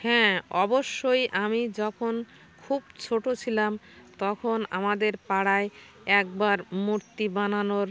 হ্যাঁ অবশ্যই আমি যখন খুব ছোটো ছিলাম তখন আমাদের পাড়ায় একবার মূর্তি বানানোর